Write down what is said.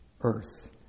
earth